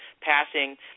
passing